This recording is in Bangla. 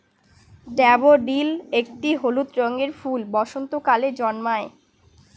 ড্যাফোডিল একটি হলুদ রঙের ফুল বসন্তকালে জন্মায়